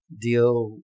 Deal